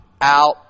out